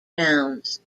nouns